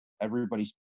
everybody's